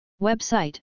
Website